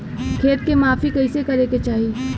खेत के माफ़ी कईसे करें के चाही?